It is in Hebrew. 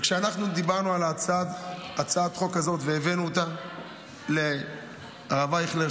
כשאנחנו דיברנו על הצעת החוק הזאת והבאנו אותה לרב אייכלר,